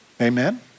Amen